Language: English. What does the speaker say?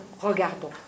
regardons